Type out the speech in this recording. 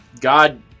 God